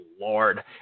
Lord